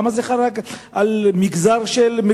למה זה חל רק על מגזר המגורים?